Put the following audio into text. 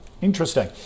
Interesting